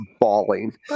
bawling